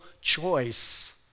choice